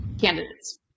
candidates